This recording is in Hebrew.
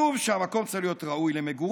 כתוב שם: המקום צריך להיות ראוי למגורים,